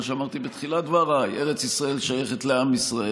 שאמרתי בתחילת דבריי: ארץ ישראל שייכת לעם ישראל.